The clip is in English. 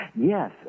Yes